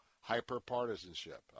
Hyper-partisanship